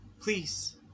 please